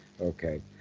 Okay